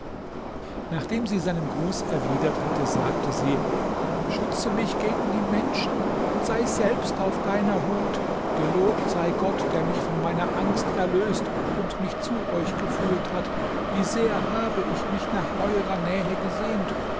nachdem sie seinen gruß erwidert hatte sagte sie schütze mich gegen die menschen und sei selbst auf deiner hut gelobt sei gott der mich von meiner angst erlöst und mich zu euch geführt hat wie sehr habe ich mich nach eurer nähe gesehnt